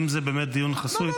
אם זה באמת דיון חסוי --- לא,